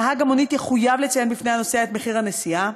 נהג המונית יחויב לציין בפני הנוסע את מחיר הנסיעה,